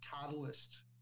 catalyst